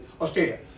Australia